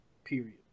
Period